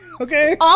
Okay